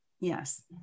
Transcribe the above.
Yes